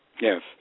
Yes